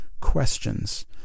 questions